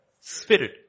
Spirit